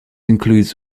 includes